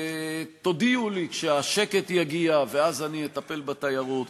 ותודיעו לי כשהשקט יגיע ואז אני אטפל בתיירות.